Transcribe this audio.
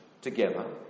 together